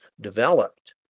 developed